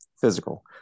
physical